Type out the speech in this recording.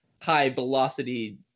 high-velocity